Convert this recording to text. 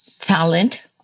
talent